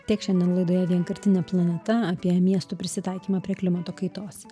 tiek šiandien laidoje vienkartinė planeta apie miestų prisitaikymą prie klimato kaitos